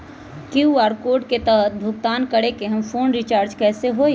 QR code के तहद भुगतान करके हम फोन रिचार्ज कैसे होई?